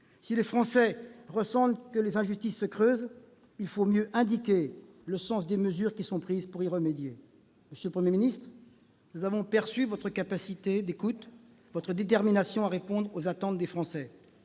Si les Français ressentent que les injustices se creusent, il faut mieux indiquer le sens des mesures qui sont prises pour y remédier. Monsieur le Premier ministre, nous avons perçu votre capacité d'écoute et votre détermination à répondre aux attentes des Français.